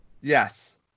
Yes